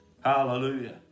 Hallelujah